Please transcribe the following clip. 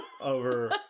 over